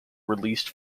released